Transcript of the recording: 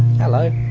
hello!